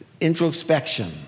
introspection